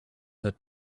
heard